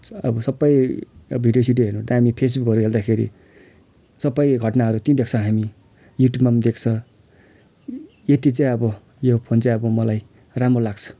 स अब सबै भिडियो सिडियो हेर्नु दामी अब फेसबुकहरू हेर्दाखेरि सबै घटनाहरू त्यहीँ देख्छ हामी युट्युबमा पनि देख्छ यति चाहिँ अब यो फोन चाहिँ अब मलाई राम्रो लाग्छ